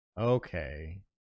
Okay